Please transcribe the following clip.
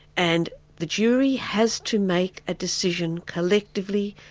and the jury has to make a decision collectively,